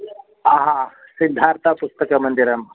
सिद्धार्थपुस्तकमन्दिरम्